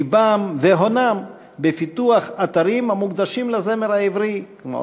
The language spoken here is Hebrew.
לבם והונם בפיתוח אתרים המוקדשים לזמר העברי, כמו